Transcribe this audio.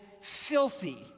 filthy